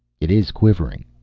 it is quivering!